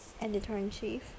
editor-in-chief